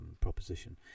proposition